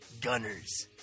gunners